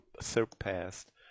surpassed